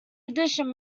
addition